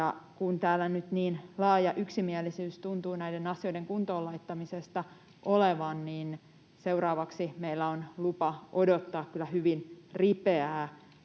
kun täällä nyt niin laaja yksimielisyys tuntuu näiden asioiden kuntoonlaittamisesta olevan, niin seuraavaksi meillä on lupa odottaa kyllä hyvin ripeää